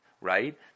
right